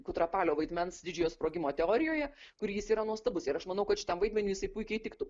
kutrapalio vaidmens didžiojo sprogimo teorijoje kur jis yra nuostabus ir aš manau kad šitam vaidmeniui jisai puikiai tiktų